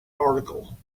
article